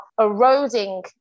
eroding